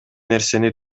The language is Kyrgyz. нерсени